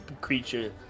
creature